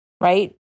right